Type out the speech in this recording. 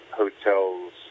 hotels